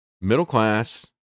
middle-class